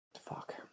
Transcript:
Fuck